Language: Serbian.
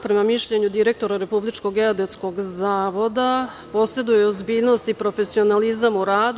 Prema mišljenju direktora Republičkog geodetskog zavoda, poseduje ozbiljnost i profesionalizam u radu.